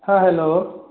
हँ हेलो